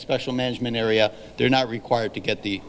special management area they're not required to get the